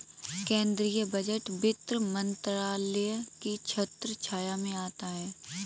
केंद्रीय बजट वित्त मंत्रालय की छत्रछाया में आता है